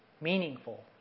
meaningful